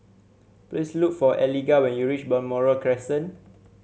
please look for Eligah when you reach Balmoral Crescent